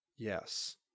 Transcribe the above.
Yes